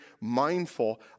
mindful